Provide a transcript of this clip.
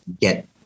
get